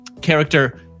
character